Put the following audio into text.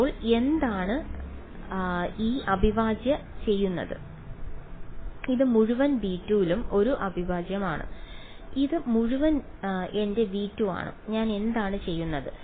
അപ്പോൾ എന്താണ് ഈ അവിഭാജ്യ ചെയ്യുന്നത് ഇത് മുഴുവൻ V2 ലും ഒരു അവിഭാജ്യമാണ് ഇത് മുഴുവൻ എന്റെ V2 ആണ് ഞാൻ എന്താണ് ചെയ്യുന്നത്